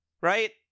right